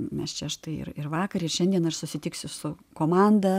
mes čia štai ir ir vakar ir šiandien aš susitiksiu su komanda